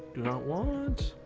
not want